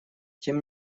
тем